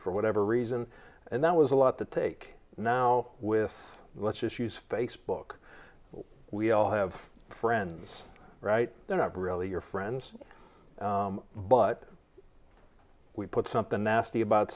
for whatever reason and that was a lot to take now with let's just use facebook we all have friends right there not really your friends but we put something